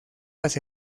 las